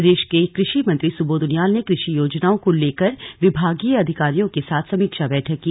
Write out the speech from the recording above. प्रदेश के कृषि मंत्री सुबोध उनियाल ने कृषि योजनाओं को लेकर विभागीय अधिकारियों के साथ समीक्षा बैठक की